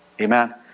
Amen